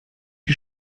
die